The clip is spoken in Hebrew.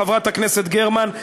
חברת הכנסת גרמן.